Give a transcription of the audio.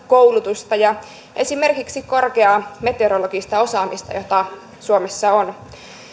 koulutusta ja esimerkiksi korkeaa meteorologista osaamista jota suomessa on